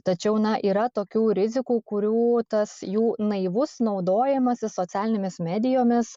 tačiau na yra tokių rizikų kurių tas jų naivus naudojimasis socialinėmis medijomis